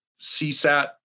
CSAT